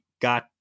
got